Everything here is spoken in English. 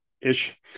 ish